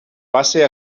base